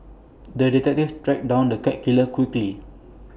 the detective tracked down the cat killer quickly